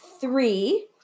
three